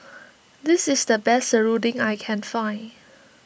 this is the best Serunding that I can find